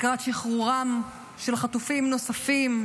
לקראת שחרורם של חטופים נוספים,